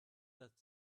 that